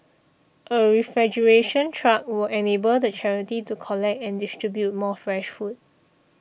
a refrigeration truck will enable the charity to collect and distribute more fresh food